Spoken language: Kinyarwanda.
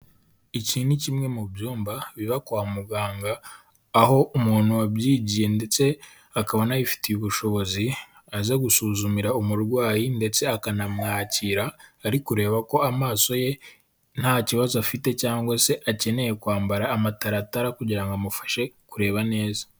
Iki ni kimwe mu byumba biba kwa muganga, aho umuntu wabyigiye ndetse akaba anabifitiye ubushobozi, aza gusuzumira umurwayi ndetse akanamwakira, ari kureba ko amaso ye nta kibazo afite cyangwa se akeneye kwambara amataratara kugira ngo amufashe kureba neza.